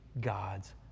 God's